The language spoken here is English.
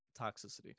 toxicity